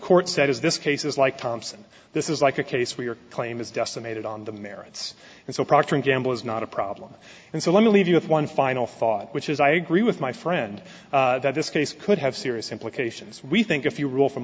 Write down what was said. court said is this case is like thompson this is like a case where your claim is decimated on the merits and so procter and gamble is not a problem and so let me leave you with one final thought which is i agree with my friend that this case could have serious implications we think if you rule f